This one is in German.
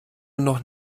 noch